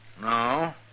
No